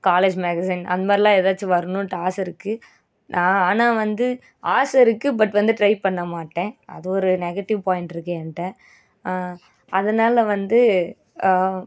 college magazine அந்தமாதிரிலாம் ஏதாச்சும் வரணும்ட்டு ஆசை இருக்குது நான் ஆனால் வந்து ஆசை இருக்குது பட் வந்து ட்ரை பண்ண மாட்டேன் அது ஒரு நெகட்டிவ் பாயிண்ட் இருக்குது என்ட்ட அதனால் வந்து